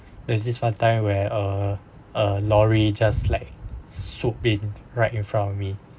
there's this one time where a a lorry just like swoop in right in front of me